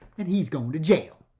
and he's going to jail.